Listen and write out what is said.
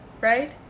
right